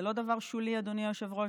זה לא דבר שולי, אדוני היושב-ראש.